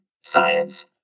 science